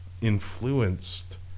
influenced